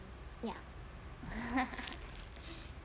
ya